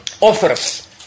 offers